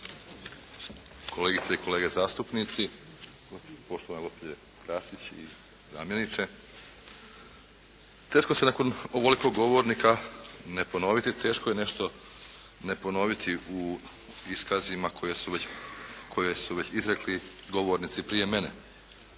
kolegice i kolege zastupnici, poštovano gospođo Krasić i zamjeniče. Teško se nakon ovoliko govornika ne ponoviti, teško je nešto ne ponoviti u iskazima koje su već izrekli govornici prije mene.